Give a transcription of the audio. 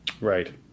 Right